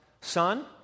son